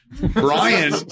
Brian